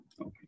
okay